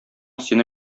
сине